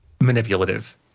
manipulative